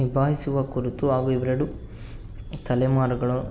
ನಿಭಾಯಿಸುವ ಕುರಿತು ಹಾಗೂ ಇವೆರಡು ತಲೆಮಾರುಗಳು